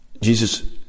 Jesus